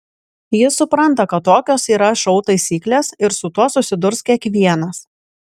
jis supranta kad tokios yra šou taisyklės ir su tuo susidurs kiekvienas